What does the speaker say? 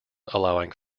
allowing